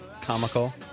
comical